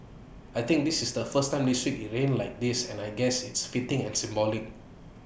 I think this is the first time this week IT rained like this and I guess it's fitting and symbolic